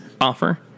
offer